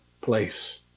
place